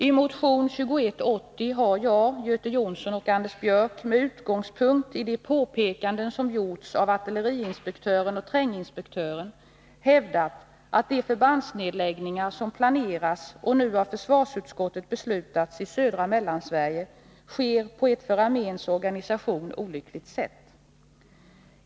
I motion 2180 har jag, Göte Jonsson och Anders Björck med utgångspunkt i de påpekanden som gjorts av artilleriinspektören och tränginspektören hävdat att de förbandsnedläggningar som planeras och nu av försvarsutskottet beslutats i södra Mellansverige sker på ett för arméns organisation olyckligt sätt.